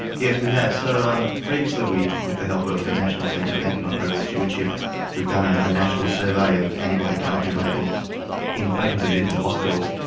yes, we have. so um previously with the help of the national centre of antimicrobial stewardship we've done a national survey of antibiotic allergy labels in patients admitted to hospitals.